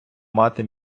мати